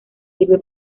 sirve